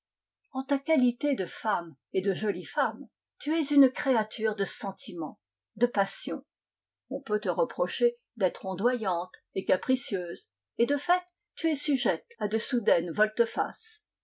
en ta qualité de femme et de jolie femme tu es une créature de sentiment de passion on peut te reprocher d'être ondoyante et capricieuse et de fait tu es sujette à de soudaines volte-face